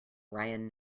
ryan